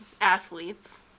athletes